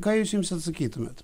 ką jūs jiems atsakytumėt